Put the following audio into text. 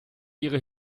ihre